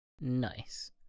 Nice